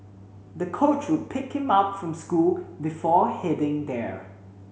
the coach would pick him up from school before heading there